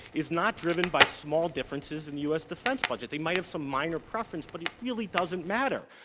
is not driven by small differences in u. s. defense budget. they might have some minor preference but it really doesn't matter.